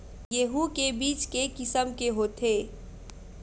गेहूं के बीज के किसम के होथे?